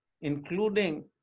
including